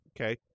Okay